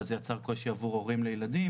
אבל זה יצר קושי עבור הורים לילדים,